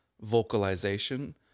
vocalization